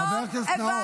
חבר הכנסת נאור.